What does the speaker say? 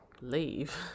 leave